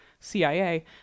CIA